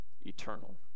eternal